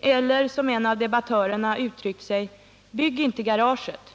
Låt mig säga som en av debattörerna uttryckt sig: ”Bygg inte garaget.